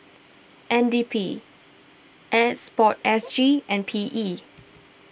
N D P S Port S G and P E